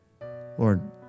Lord